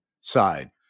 side